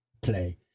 play